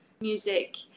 music